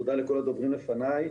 תודה לכל הדוברים לפניי.